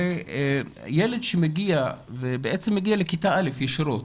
ילד שמגיע לכיתה א' ישירות,